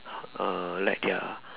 uh like their